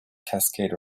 cascade